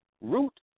Root